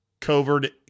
covered